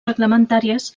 reglamentàries